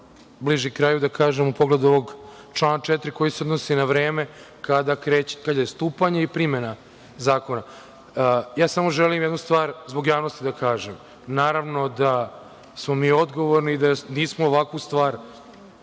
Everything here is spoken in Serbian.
bliži kraju, u pogledu ovog člana 4. koji se odnosi na vreme kada kreće, kada je stupanje i primena zakona. Želim samo jednu stvar zbog javnosti da kažem, naravno da smo mi odgovorni i da nismo ovakvu stvar